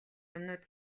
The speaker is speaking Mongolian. юмнууд